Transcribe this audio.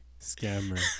scammer